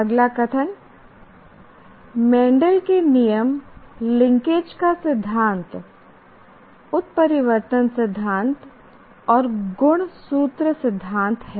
अगला कथन मेंडेल के नियम लिंकेज का सिद्धांत उत्परिवर्तन सिद्धांत और गुणसूत्र सिद्धांत हैं